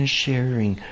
sharing